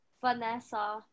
Vanessa